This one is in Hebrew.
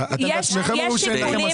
אתם בעצמכם אומרים שאין לכם מספיק צפי.